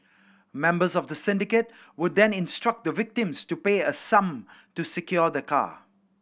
members of the syndicate would then instruct the victims to pay a sum to secure the car